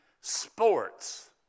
sports